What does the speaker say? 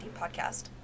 podcast